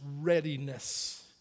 readiness